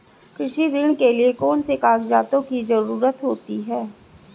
कृषि ऋण के लिऐ कौन से कागजातों की जरूरत होती है?